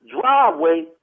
driveway